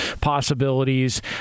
possibilities